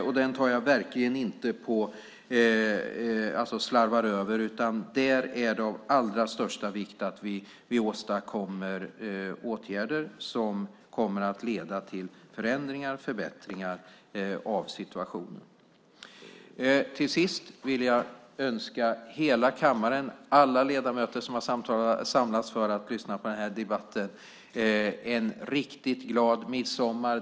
Den slarvar jag verkligen inte över, utan där är det av allra största vikt att vi åstadkommer åtgärder som kommer att leda till förändringar och förbättringar av situationen. Till sist vill jag önska hela kammaren, alla ledamöter som har samlats för att lyssna på den här debatten, en riktigt glad midsommar.